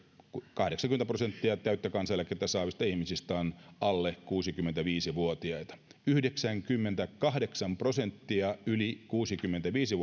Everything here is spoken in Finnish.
kahdeksankymmentä prosenttia täyttä kansaneläkettä saavista ihmisistä on alle kuusikymmentäviisi vuotiaita yhdeksänkymmentäkahdeksan prosenttia yli kuusikymmentäviisi